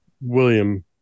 William